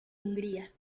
hungría